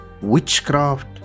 witchcraft